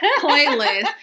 playlist